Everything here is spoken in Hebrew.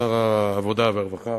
הצעות לסדר-היום: